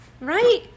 Right